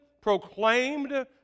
proclaimed